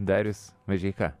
darius mažeika